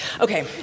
okay